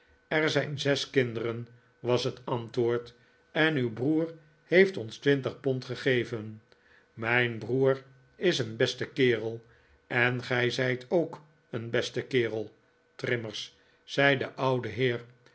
er zijn zes kinderen was het antwoord en uw broer heeft ons twintig pond gegeven mijn broer is een beste kerel en gij zijt ook een beste kerel trimmers zei de oude heer